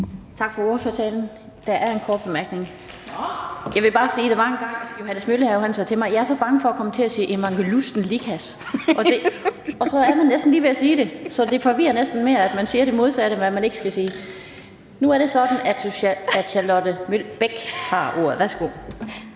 Tak for ordførertalen. Der er en kort bemærkning. Jeg vil bare sige, at der var engang, Johannes Møllehave sagde til mig: Jeg er så bange for at komme til at sige evangelusten Licas. Og så er man næsten lige ved at sige det; så det forvirrer næsten mere, at man siger det modsatte af, hvad man skal sige. Men nu er det sådan, at Charlotte Broman Mølbæk har ordet. Værsgo.